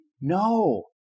no